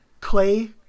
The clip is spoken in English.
Clay